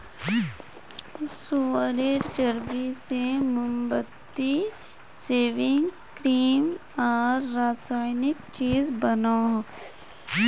सुअरेर चर्बी से मोमबत्ती, सेविंग क्रीम आर रासायनिक चीज़ बनोह